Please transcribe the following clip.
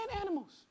animals